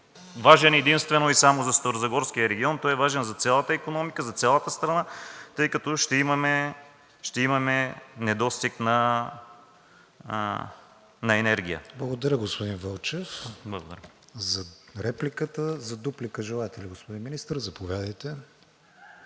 важен единствено и само за Старозагорския регион, той е важен за цялата икономика, за цялата страна, тъй като ще имаме недостиг на енергия. ПРЕДСЕДАТЕЛ КРИСТИАН ВИГЕНИН: Благодаря, господин Вълчев, за репликата. За дуплика желаете ли, господин Министър? Заповядайте.